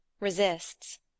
resists